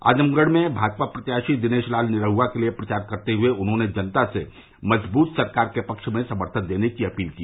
आजमगढ़ में भाजपा प्रत्याशी दिनेश लाल यादव निरहआ के लिये प्रचार करते हुए उन्होंने जनता से मजबूत सरकार के पक्ष में समर्थन देने की अपील की